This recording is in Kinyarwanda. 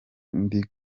ndi